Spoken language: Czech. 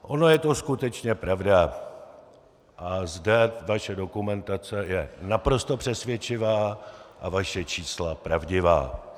Ona je to skutečně pravda a zde vaše dokumentace je naprosto přesvědčivá a vaše čísla pravdivá.